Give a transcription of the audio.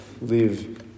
live